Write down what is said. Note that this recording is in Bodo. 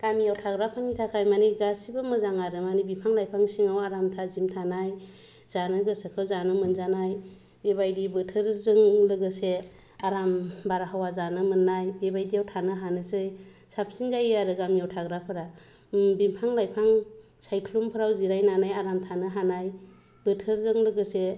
गामिआव थाग्राफोरनि थाखाय मानि गासिबो मोजां आरो माने बिफां लाइफां सिङाव आराम थाजिम थानाय जानो गोसोखौ जानो मोनजानाय बेबायदि बोथोरजों लोगोसे आराम बारहावा जानो मोननाय बेबायदियाव थानो हानोसै साबसिन जायो आरो गामियाव थाग्राफोरा बिफां लाइफां सायख्लुमफ्राव जिरायनानै आराम थानो हानाय बोथोरजों लोगोसे